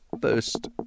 first